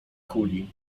kuli